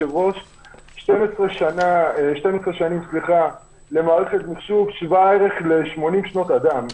12 שנים למערכת מחשוב שוות ערך ל-80 שנות אדם.